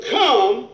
come